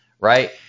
Right